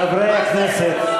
חברי הכנסת,